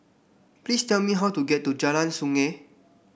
please tell me how to get to Jalan Sungei